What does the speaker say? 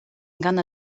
gana